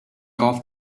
golf